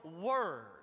word